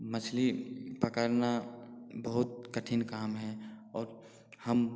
मछली पकड़ना बहुत कठिन काम है और हम